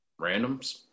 Randoms